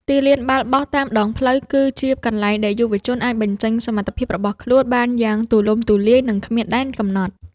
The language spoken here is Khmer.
ទីលានបាល់បោះតាមដងផ្លូវ គឺជាកន្លែងដែលយុវជនអាចបញ្ចេញសមត្ថភាពរបស់ខ្លួនបានយ៉ាងទូលំទូលាយ និងគ្មានដែនកំណត់។